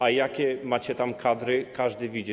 A jakie macie tam kadry, każdy widzi.